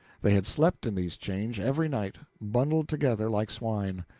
they had slept in these chains every night, bundled together like swine.